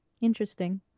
Interesting